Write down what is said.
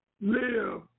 live